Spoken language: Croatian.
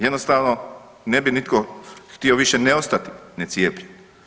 Jednostavno ne bi nitko htio više ne ostati necijepljen.